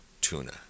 tuna